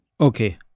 Okay